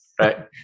Right